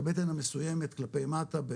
שהבטן המסויימת כלפי מטה,